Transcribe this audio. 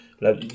la